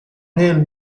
nel